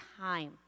time